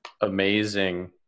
amazing